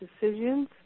decisions